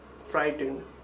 Frightened